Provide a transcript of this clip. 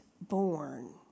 born